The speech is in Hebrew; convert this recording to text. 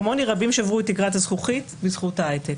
כמוני רבים שברו את תקרת הזכוכית בזכות ההייטק.